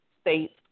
states